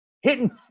hitting